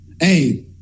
Hey